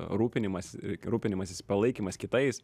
rūpinimasis rūpinimasis palaikymas kitais